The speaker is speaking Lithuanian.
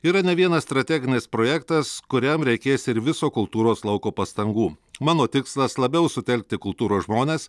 yra ne vienas strateginis projektas kuriam reikės ir viso kultūros lauko pastangų mano tikslas labiau sutelkti kultūros žmones